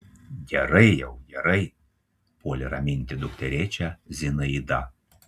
gerai jau gerai puolė raminti dukterėčią zinaida